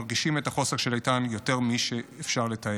מרגישים את החוסר של איתן יותר משאפשר לתאר.